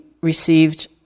received